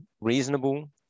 reasonable